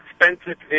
expensive